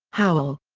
howell.